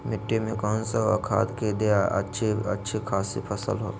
मिट्टी में कौन सा खाद दे की अच्छी अच्छी खासी फसल हो?